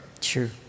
True